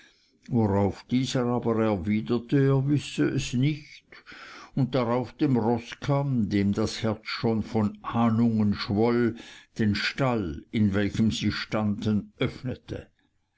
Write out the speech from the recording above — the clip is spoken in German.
worauf dieser aber erwiderte er wisse es nicht und darauf dem roßkamm dem das herz schon von ahnungen schwoll den stall in welchem sie standen öffnete